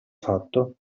fatto